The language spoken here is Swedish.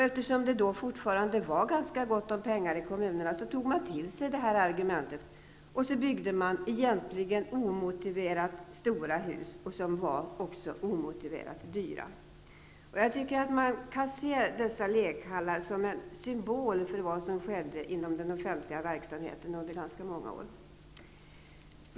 Eftersom det då fortfarande var ganska gott om pengar i kommunerna, tog man till sig det argumentet, och så byggde man egentligen omotiverat stora hus, som också var omotiverat dyra. Jag tycker att dessa lekhallar kan ses som en symbol för vad som skedde inom den offentliga verksamheten under ganska många år.